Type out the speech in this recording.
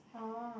oh